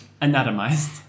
anatomized